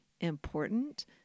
important